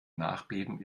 nachbeben